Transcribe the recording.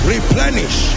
Replenish